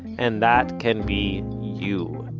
and that can be you.